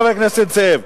חבר הכנסת נסים זאב.